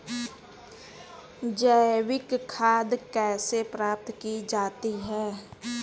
जैविक खाद कैसे प्राप्त की जाती है?